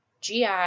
GI